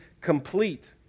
complete